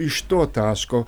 iš to taško